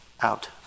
out